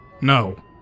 No